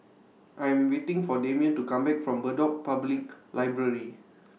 I'm waiting For Demian to Come Back from Bedok Public Library